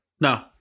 No